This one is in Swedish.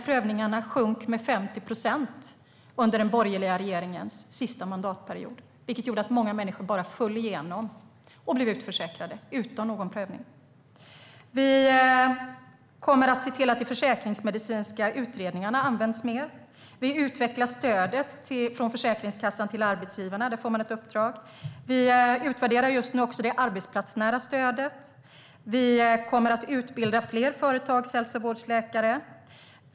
Prövningarna sjönk med 50 procent under den borgerliga regeringens sista mandatperiod, vilket gjorde att många människor föll igenom och blev utförsäkrade utan någon prövning. Vi kommer att se till att de försäkringsmedicinska utredningarna används mer. Vi utvecklar stödet från Försäkringskassan till arbetsgivarna. Det är ett uppdrag man får. Vi utvärderar just nu det arbetsplatsnära stödet. Vi kommer att utbilda fler företagshälsovårdsläkare.